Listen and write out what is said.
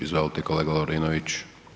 Izvolite kolega Lovrinović.